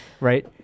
Right